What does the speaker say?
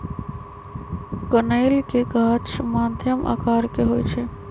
कनइल के गाछ मध्यम आकर के होइ छइ